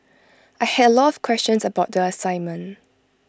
I had A lot of questions about the assignment